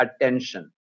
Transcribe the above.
attention